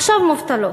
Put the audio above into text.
עכשיו מובטלות.